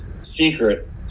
secret